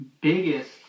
biggest